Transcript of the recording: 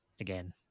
again